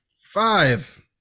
Five